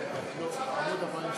עמיתי חברי הכנסת,